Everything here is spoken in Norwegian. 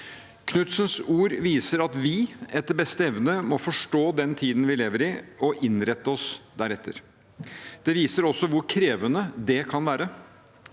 Knudsens ord viser at vi etter beste evne må forstå den tiden vi lever i, og innrette oss deretter. Det viser også hvor krevende det kan være.